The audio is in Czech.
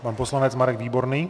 Pan poslanec Marek Výborný.